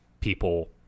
people